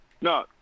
No